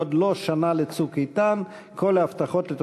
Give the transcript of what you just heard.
יוסף ג'בארין ועבדאללה אבו מערוף,